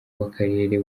w’akarere